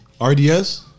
RDS